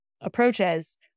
approaches